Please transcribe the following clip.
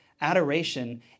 Adoration